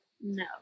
No